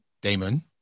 Damon